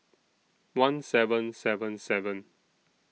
one seven seven seven